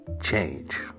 change